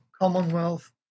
Commonwealth